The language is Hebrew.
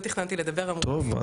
טוב,